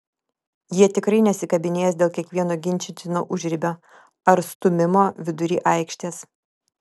jie tikrai nesikabinės dėl kiekvieno ginčytino užribio ar stūmimo vidury aikštės